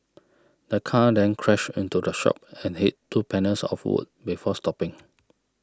the car then crashed into the shop and hit two panels of wood before stopping